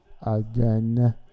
again